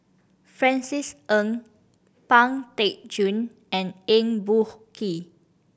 Francis Ng Pang Teck Joon and Eng Boh Kee